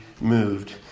moved